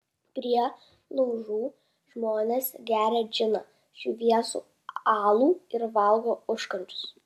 prie laužų žmonės geria džiną šviesų alų ir valgo užkandžius